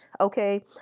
okay